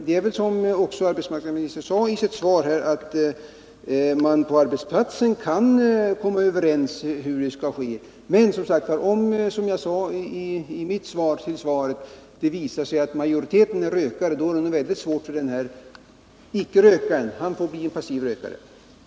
Nr 45 Som arbetsmarknadsministern sade kan man ju på en arbetsplats komma Fredagen den överens om hur man vill ha det i det här avseendet. Men om det visar sig att 1 december 1978 majoriteten är rökare, då blir det mycket svårt för den som inte röker. Han får då finna sig i att bli en passiv rökare. Om åtgärder för att stimulera näringslivet i Norrbotten